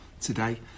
today